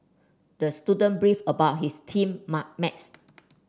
the student brief about his team mar maths